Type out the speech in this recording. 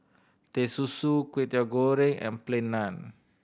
Teh Susu Kwetiau Goreng and Plain Naan